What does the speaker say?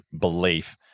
belief